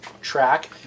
track